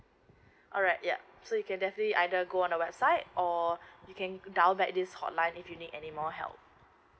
alright yup so you can definitely either go on our website or you can dial back to this hotline if you need anymore help